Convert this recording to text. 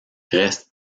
reste